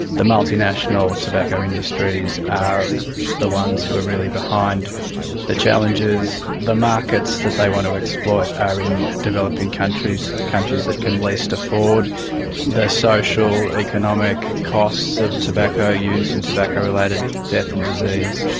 the multinational tobacco industries are the ones who are really behind the challenges. the markets that they want to exploit are in developing countries, countries that can least afford the social, economic costs of tobacco use and tobacco related death and disease.